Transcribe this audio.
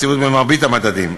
יציבות במרבית המדדים,